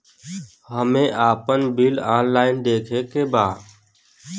हमे आपन bill online देखे के बा?